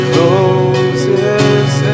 Closes